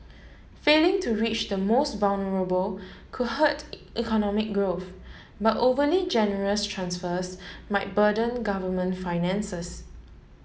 failing to reach the most vulnerable could hurt economic growth but overly generous transfers might burden government finances